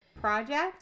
project